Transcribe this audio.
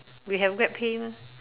we have GrabPay mah